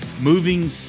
moving